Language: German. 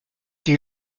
die